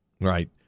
Right